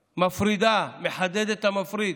מפרידה, מחדדת את המפריד.